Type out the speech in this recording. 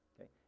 okay